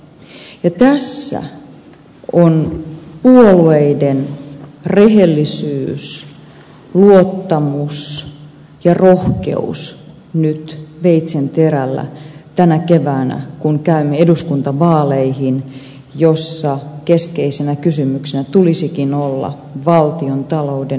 ja tässä on puolueiden rehellisyys luottamus ja rohkeus nyt veitsenterällä tänä keväänä kun käymme eduskuntavaaleihin joissa keskeisenä kysymyksenä tulisikin olla valtiontalouden kestävyysvajeen